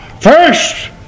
First